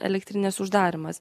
elektrinės uždarymas